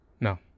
No